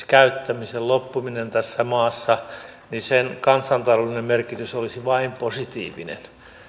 käyttämisen tässä maassa kokonaan loppumisen kansantaloudellinen merkitys olisi vain positiivinen